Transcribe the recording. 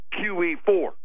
QE4